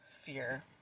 Fear